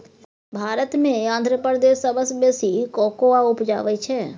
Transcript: भारत मे आंध्र प्रदेश सबसँ बेसी कोकोआ उपजाबै छै